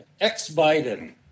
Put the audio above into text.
ex-biden